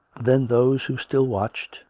then those who still watched,